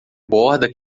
borda